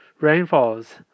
rainfalls